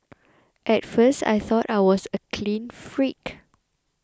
at first I thought I was a clean freak